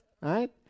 Right